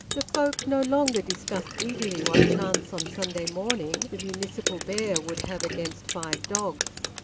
the folk no longer discussed eagerly what chance on sunday morning the municipal bear would have against five dogs.